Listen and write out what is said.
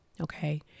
Okay